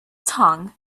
tongue